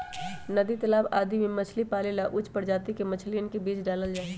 नदी तालाब इत्यादि में मछली पाले ला उच्च प्रजाति के मछलियन के बीज डाल्ल जाहई